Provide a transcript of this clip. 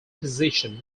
position